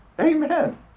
Amen